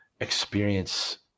experience